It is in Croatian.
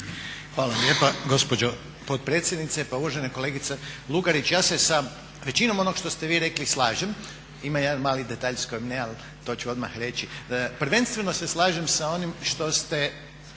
Hvala lijepa gospođo potpredsjedniče. Pa uvažena kolegice Lugarić ja se sa većinom onog što ste vi rekli slažem. Ima jedan mali detalj s kojim ne ali to ću odmah reći. Prvenstveno se slažem sa onim što ste